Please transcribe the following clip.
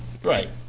Right